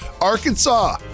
Arkansas